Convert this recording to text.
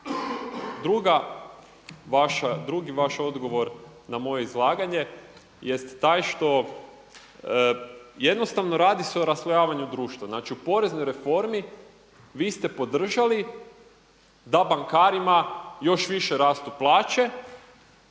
Drugi vaš odgovor na moje izlaganje jest taj što jednostavno radi se o raslojavanju društva. Znači u poreznoj reformi vi ste podržali da bankarima još više rastu plaće